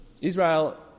Israel